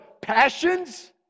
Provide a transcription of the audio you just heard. passions